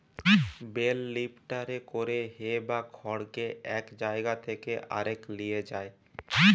bell লিফ্টারে করে হে বা খড়কে এক জায়গা থেকে আরেক লিয়ে যায়